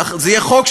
הנה, אני אומר פה